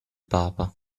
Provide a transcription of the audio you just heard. papa